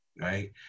Right